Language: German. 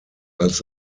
als